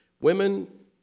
Women